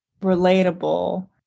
relatable